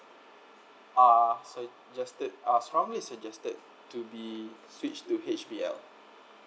are suggested are strongly suggested to be switch to H_B_L